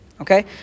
Okay